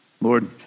Lord